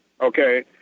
Okay